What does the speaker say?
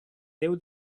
déu